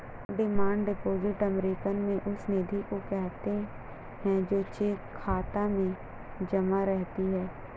demand deposit American में उस निधि को कहते हैं जो चेक खाता में जमा रहती है